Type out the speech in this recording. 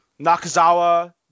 Nakazawa